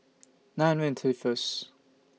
nine hundred and thirty First